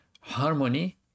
Harmony